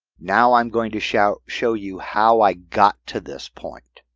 now i'm going to show show you how i got to this point.